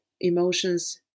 emotions